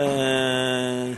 לא הייתי מאמינה.